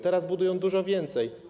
Teraz budują dużo więcej.